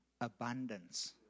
abundance